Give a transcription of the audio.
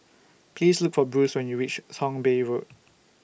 Please Look For Bruce when YOU REACH Thong Bee Road